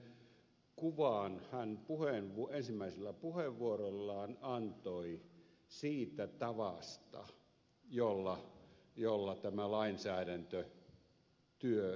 minkälaisen kuvan hän ensimmäisessä puheenvuorossaan antoi siitä tavasta jolla tämä lainsäädäntötyö valmistellaan